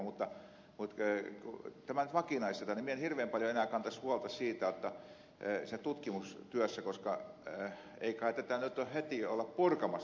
mutta kun tämä nyt vakinaistetaan minä en hirveän paljon enää kantaisi huolta siitä tutkimustyöstä koska ei kai tätä juttua nyt heti olla purkamassa